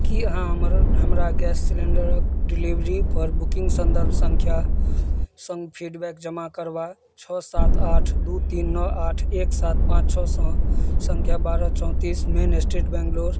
कि अहाँ हमर हमरा गैस सिलेण्डरके डिलिवरीपर बुकिन्ग सन्दर्भ सँख्या सङ्ग फीडबैक जमा करबा छओ सात आठ दुइ तीन नओ आठ एक सात पाँच छओ स सँख्या बारह चौँतिस मेन इस्ट्रीट बेङ्गलुरु